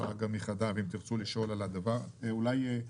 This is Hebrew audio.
תאיר, את רוצה להגיד בעניין?